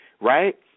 right